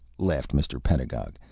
laughed mr. pedagog.